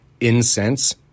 incense